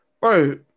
bro